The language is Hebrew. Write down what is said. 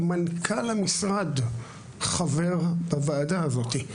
מנכ"ל המשרד חבר בוועדה הזאת.